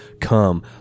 Come